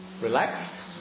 Relaxed